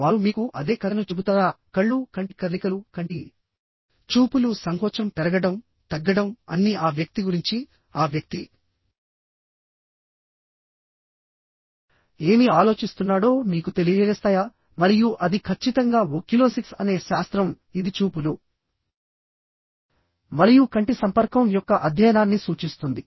వారు మీకు అదే కథను చెబుతారా కళ్ళు కంటి కదలికలు కంటి చూపులు సంకోచం పెరగడం తగ్గడం అన్నీ ఆ వ్యక్తి గురించి ఆ వ్యక్తి ఏమి ఆలోచిస్తున్నాడో మీకు తెలియజేస్తాయా మరియు అది ఖచ్చితంగా ఓక్యులోసిక్స్ అనే శాస్త్రం ఇది చూపులు మరియు కంటి సంపర్కం యొక్క అధ్యయనాన్ని సూచిస్తుంది